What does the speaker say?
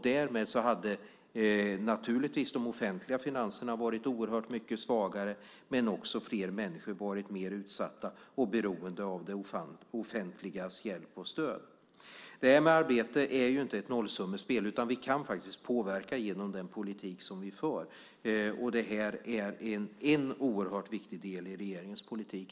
Därmed hade naturligtvis de offentliga finanserna varit oerhört mycket svagare, och fler människor hade varit mer utsatta och beroende av det offentligas hjälp och stöd. Arbete är inte ett nollsummespel. Vi kan faktiskt påverka genom den politik vi för. Det här är en oerhört viktig del i regeringens politik.